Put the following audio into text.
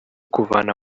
kuvana